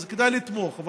אז כדאי לתמוך.